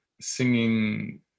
singing